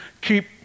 keep